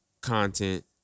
content